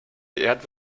geehrt